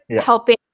helping